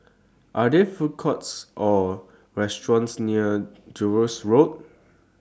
Are There Food Courts Or restaurants near Jervois Road